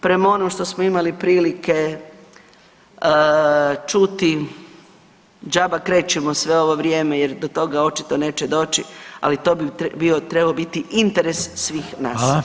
Prema onom što smo imali prilike čuti, džaba krečimo sve ovo vrijeme jer do toga očito neće doći, ali to bi trebao biti interes svih nas.